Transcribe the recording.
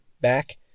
back